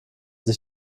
sich